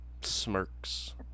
smirks